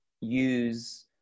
use